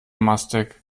mastek